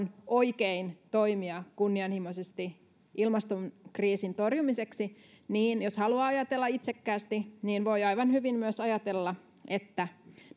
oikein toimia kunnianhimoisesti ilmastokriisin torjumiseksi niin jos haluaa ajatella itsekkäästi niin voi aivan hyvin myös ajatella että